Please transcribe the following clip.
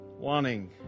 wanting